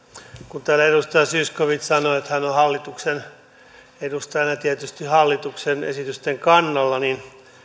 kun täällä edustaja zyskowicz sanoi että hän on on hallituksen edustajana tietysti hallituksen esitysten kannalla niin